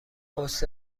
پست